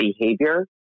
behavior